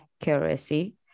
accuracy